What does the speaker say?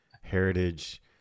Heritage